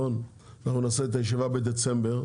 אנחנו נעשה את הישיבה בדצמבר,